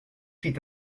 fit